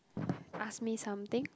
ask me something